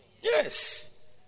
Yes